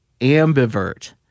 ambivert